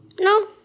No